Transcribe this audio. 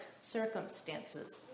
circumstances